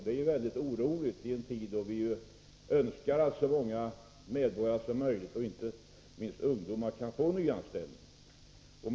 Detta är oroande i en tid då vi önskar att så många medborgare som möjligt, inte minst ungdomar, skall få nyanställning.